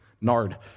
nard